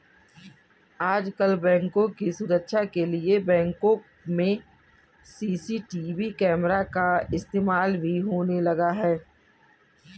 आजकल बैंकों की सुरक्षा के लिए बैंकों में सी.सी.टी.वी कैमरा का इस्तेमाल भी होने लगा है